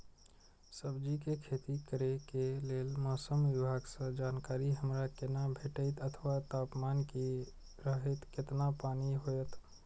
सब्जीके खेती करे के लेल मौसम विभाग सँ जानकारी हमरा केना भेटैत अथवा तापमान की रहैत केतना पानी होयत?